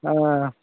हां